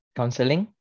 counseling